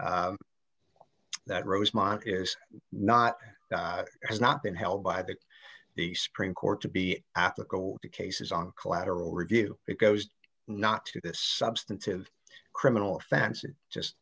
that rosemont is not has not been held by the the supreme court to be applicable to cases on collateral review it goes not to the substantive criminal